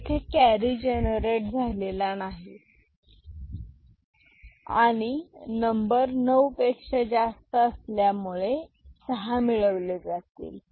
येथे carry generate झालेला आहे आणि नंबर 9 पेक्षा जास्त असल्यामुळे 6 मिळवले जातील